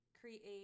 create